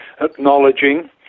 acknowledging